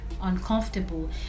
uncomfortable